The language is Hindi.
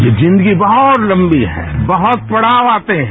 ये जिन्दगी बहत लंबी है बहृत पड़ाव आते है